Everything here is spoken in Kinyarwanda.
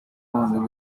nanone